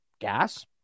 gas